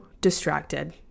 distracted